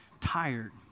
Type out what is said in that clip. tired